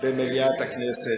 במליאת הכנסת.